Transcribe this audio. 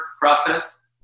process